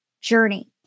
journey